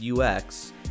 UX